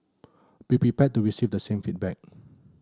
be prepared to receive the same feedback